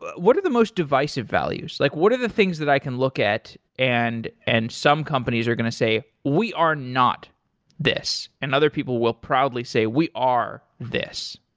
what are the most devisive values? like what are the things that i can look at and and some companies are going to say, we are not this. and other people will proudly say, we are this.